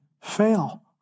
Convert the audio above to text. fail